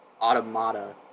Automata